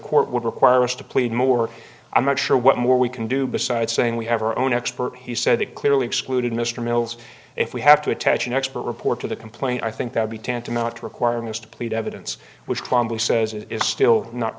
court would require us to plead more i'm not sure what more we can do besides saying we have our own expert he said that clearly excluded mr mills if we have to attach an expert report to the complaint i think i would be tantamount to requiring us to plead evidence which clearly says it is still not